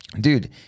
Dude